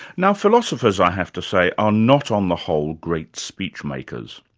now philosophers, i have to say, are not on the whole great speech makers.